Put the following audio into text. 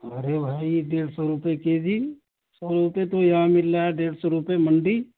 ارے بھائی ڈیڑھ سو روپیے کے جی سو روپے تو یہاں مل رہا ہے ڈیڑھ سو روپے منڈی